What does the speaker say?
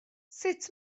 sut